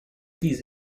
these